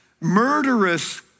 murderous